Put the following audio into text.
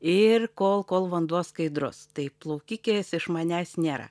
ir kol kol vanduo skaidrus tai plaukikės iš manęs nėra